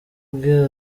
ubwe